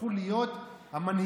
הפכו להיות המנהיגים,